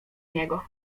niego